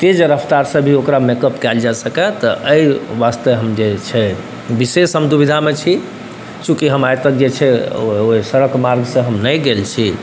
तेज रफ्तारसँ भी ओकरा मेकअप कएल जा सकै तऽ एहि वास्ते हम जे छै विशेष हम दुविधामे छी चूँकि हम आइ तक जे छै ओहि सड़क मार्गसँ हम नहि गेल छी